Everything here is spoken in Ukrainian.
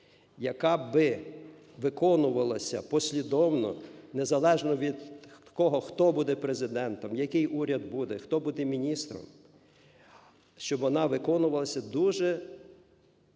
яка би виконувалася послідовно, незалежно від того, хто буде президентом, який уряд буде, хто буде міністром, щоб вона виконувалася дуже